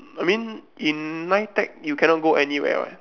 I mean in nitec you cannot go anywhere what